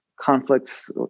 conflicts